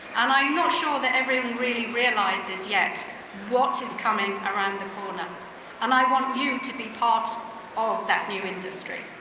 and i'm not sure that everyone really realizes yet what is coming around the and and i want you to be part of that new industry,